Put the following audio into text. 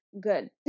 good